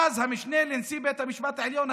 המשנה לנשיא בית המשפט העליון דאז,